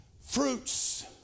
fruits